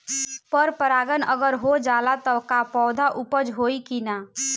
पर परागण अगर हो जाला त का पौधा उपज होई की ना?